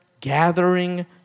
gathering